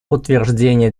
утверждение